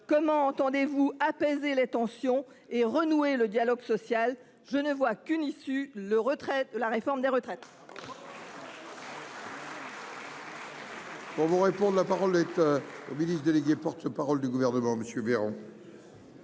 Comment entendez-vous apaiser les tensions et renouer le dialogue social ? Je ne vois qu'une issue : le retrait